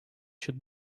should